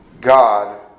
God